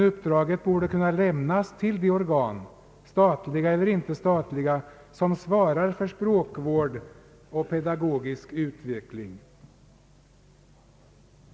Uppdraget borde kunna lämnas till de organ, statliga eller inte statliga, som svarar för språkvård och pedagogisk utveckling.